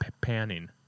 Panning